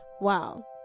Wow